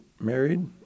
married